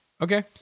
Okay